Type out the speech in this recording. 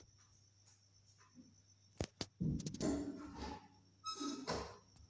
एक शेअर बाजार म्हणजे खरेदीदार आणि विक्रेत्यांचो मेळ